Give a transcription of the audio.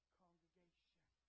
congregation